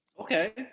Okay